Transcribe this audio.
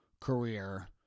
career